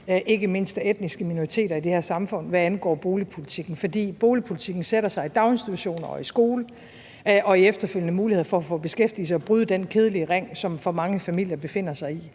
ikke mindst af etniske minoriteter, i det her samfund, hvad angår boligpolitikken. For boligpolitikken sætter sig i daginstitutionerne og skolerne og i efterfølgende muligheder for at få beskæftigelse og bryde den kedelige cirkel, som for mange familier befinder sig i.